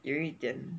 有一点